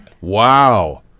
Wow